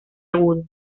agudo